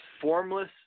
formless